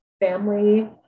family